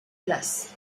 place